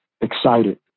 excited